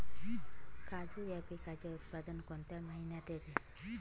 काजू या पिकाचे उत्पादन कोणत्या महिन्यात येते?